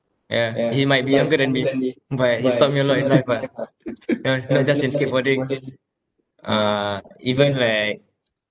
yeah he might be younger than me but he's taught me a lot in life ah you know not just in skateboarding uh even like